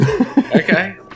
Okay